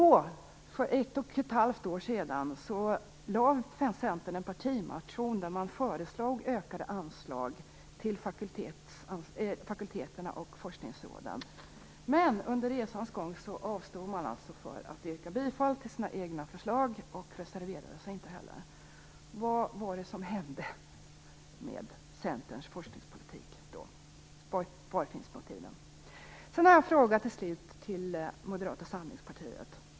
För ett och ett halvt år sedan väckte Centern en partimotion, där man föreslog ökade anslag till fakulteterna och forskningsråden. Men under resans gång avstod man från att yrka bifall till sina egna förslag och reserverade sig inte heller. Vad var det som hände med Centerns forskningspolitik? Vilka var motiven? Slutligen har jag en fråga till Moderata samlingspartiet.